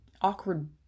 awkward